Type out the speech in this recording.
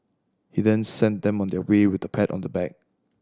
he then sent them on their way with a pat on the back